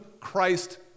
Christ